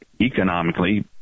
economically